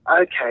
Okay